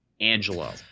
Angelo